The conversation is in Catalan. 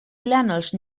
plànols